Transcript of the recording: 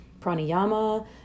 pranayama